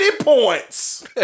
points